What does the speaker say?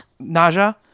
Naja